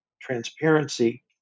transparency